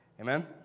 Amen